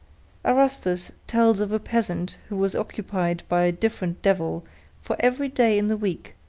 arasthus tells of a peasant who was occupied by a different devil for every day in the week,